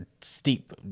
steep